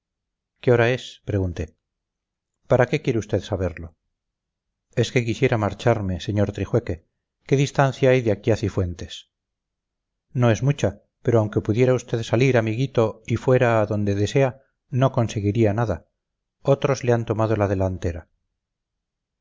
qué hora es pregunté para qué quiere usted saberlo es que quisiera marcharme sr trijueque qué distancia hay de aquí a cifuentes no es mucha pero aunque pudiera usted salir amiguito y fuera a donde desea no conseguiría nada otros le han tomado la delantera